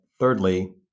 Thirdly